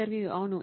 ఇంటర్వ్యూఈ అవును